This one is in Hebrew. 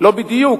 לא בדיוק,